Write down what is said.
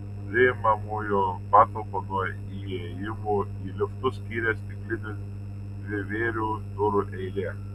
priimamojo patalpą nuo įėjimų į liftus skyrė stiklinių dvivėrių durų eilė